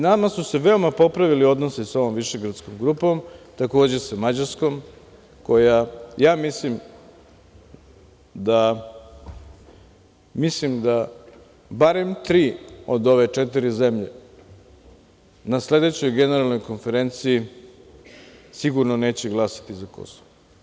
Nama su se veoma popravili odnosi sa ovom Višegradskom grupom, takođe sa Mađarskom koja, ja mislim, da barem tri od ove četiri zemlje na sledećoj Generalnoj konferenciji sigurno neće glasati za Kosovo.